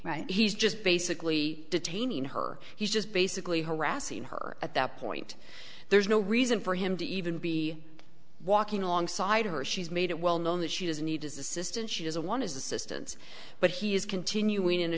he's just basically detaining her he's just basically harassing her at that point there's no reason for him to even be walking alongside her she's made it well known that she does need as assistance she is a one is assistance but he is continuing in a